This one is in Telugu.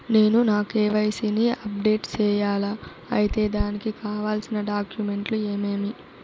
నేను నా కె.వై.సి ని అప్డేట్ సేయాలా? అయితే దానికి కావాల్సిన డాక్యుమెంట్లు ఏమేమీ?